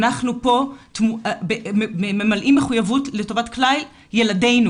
אנחנו פה ממלאים מחויבות לטובת כלל ילדינו.